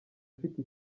ufite